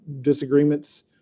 disagreements